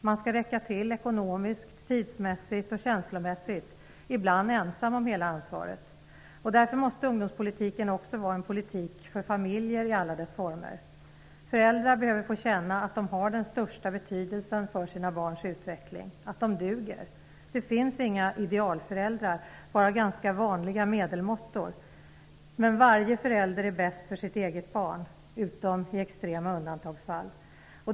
Man skall räcka till ekonomiskt, tidsmässigt och känslomässigt. Ibland är man ensam om hela ansvaret. Därför måste ungdomspolitiken också vara en politik för familjer i alla former. Föräldrar behöver få känna att de har den största betydelsen för sina barns utveckling, att de duger. Det finns inga idealföräldrar, bara ganska vanliga medelmåttor. Men varje förälder är bäst för sitt eget barn -- utom i extrema undantagsfall.